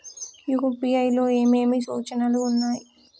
UPI లో ఏమేమి సూచనలు ఉన్నాయి?